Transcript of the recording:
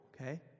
Okay